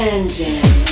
Engine